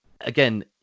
again